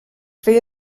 feia